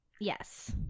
Yes